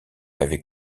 avait